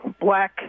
black